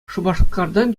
шупашкартан